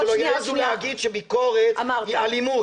שלא יעזו להגיד שביקורת היא אלימות,